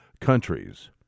countries